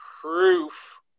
proof